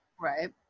Right